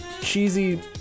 cheesy